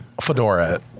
Fedora